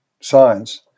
science